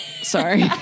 Sorry